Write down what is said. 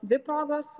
dvi progos